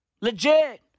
Legit